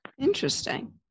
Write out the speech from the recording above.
Interesting